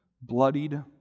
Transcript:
bloodied